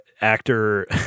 actor